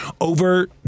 over